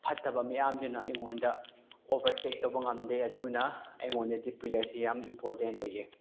ꯐꯠꯇꯕ ꯃꯌꯥꯝꯗꯨꯅ ꯑꯩꯉꯣꯟꯗ ꯑꯣꯕꯔꯇꯦꯛ ꯇꯧꯕ ꯉꯝꯗꯦ ꯑꯗꯨꯅ ꯑꯩꯉꯣꯟꯗꯗꯤ ꯄ꯭ꯔꯦꯌꯔꯁꯤ ꯌꯥꯝ ꯏꯝꯄꯣꯔꯇꯦꯟ ꯑꯣꯏꯌꯦ